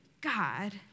God